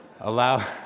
Allow